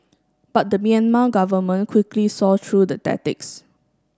but the Myanmar government quickly saw through the tactics